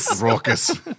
Raucous